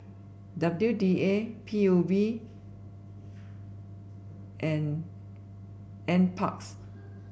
W D A P U B and N N parks